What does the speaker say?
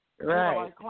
right